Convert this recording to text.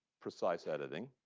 precise editing.